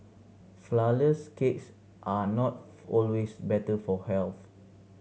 flourless cakes are not always better for health